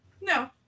No